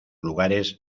lugares